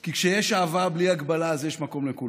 כי כשיש אהבה בלי הגבלה אז יש מקום לכולם.